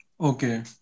Okay